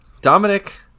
Dominic